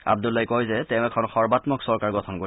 আব্দুল্লাই কয় যে তেওঁ এখন সৰ্বাম্মক চৰকাৰ গঠন কৰিব